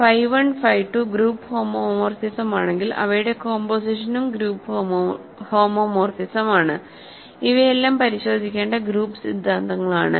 phi 1 ഫൈ2 group ഹോമോമോർഫിസമാണെങ്കിൽ അവയുടെ കോമ്പോസിഷനും ഗ്രൂപ്പ് ഹോമോമോർഫിസമാണ് ഇവയെല്ലാം പരിശോധിക്കേണ്ട ഗ്രൂപ്പ് സിദ്ധാന്തങ്ങളാണ്